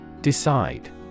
Decide